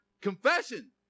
Confession